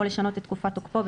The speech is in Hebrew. או לשנות את תקופת תוקפו,